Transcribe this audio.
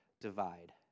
divide